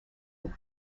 and